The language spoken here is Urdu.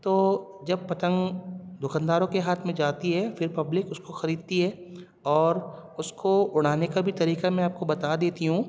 تو جب پتنگ دکانداروں کے ہاتھ میں جاتی ہے پھر پبلک اس کو خریدتی ہے اور اس کو اڑانے کا بھی طریقہ میں آپ کو بتا دیتی ہوں